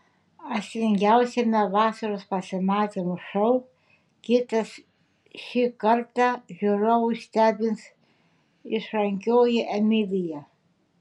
aistringiausiame vasaros pasimatymų šou kitas šį kartą žiūrovus stebins išrankioji emilija